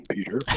Peter